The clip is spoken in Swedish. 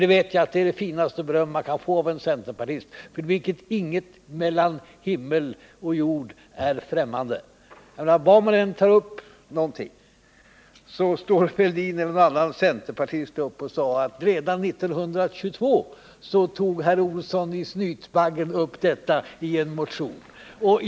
Jag vet att det är det finaste beröm man kan få av en centerpartist, för vilken inget mellan himmel och jord är främmande. Vad man än tar upp, så kommer Thorbjörn Fälldin eller någon annan centerpartist upp i talarstolen och säger att redan år 1922 så tog herr ”Olsson i Snyibaggen” eller någon annan upp samma sak i en motion.